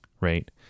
right